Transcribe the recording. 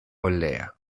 olea